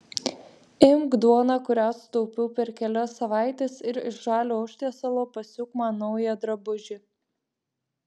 imk duoną kurią sutaupiau per kelias savaites ir iš žalio užtiesalo pasiūk man naują drabužį